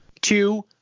two